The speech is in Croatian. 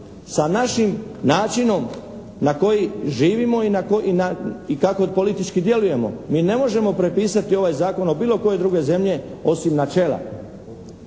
sa našim načinom na koji živimo i kako politički djelujemo. Mi ne možemo prepisati ovaj zakon od bilo koje druge zemlje osim načela.